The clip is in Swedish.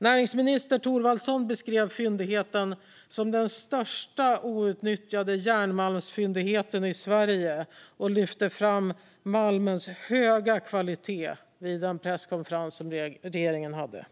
Näringsminister Thorwaldsson beskrev fyndigheten som den största outnyttjade järnmalmsfyndigheten i Sverige och lyfte fram malmens höga kvalitet vid den presskonferens som regeringen hade.